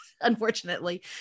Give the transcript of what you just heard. unfortunately